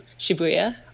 Shibuya